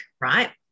right